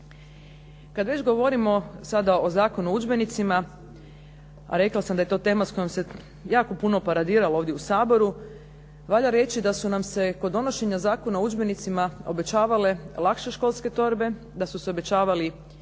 Kada već govorimo o Zakonu o udžbenicima a rekla sam da je to tema s kojom se jako puno paradiralo ovdje u Saboru, valja reći da su nam se kod donošenja Zakona o udžbenicima obećavale lakše školske torbe, da su se obećavali